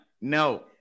no